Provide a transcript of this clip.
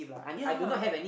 ya